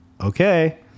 okay